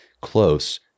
close